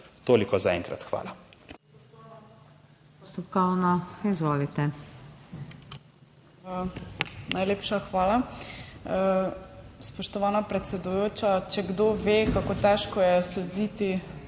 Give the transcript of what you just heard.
Toliko za enkrat. Hvala.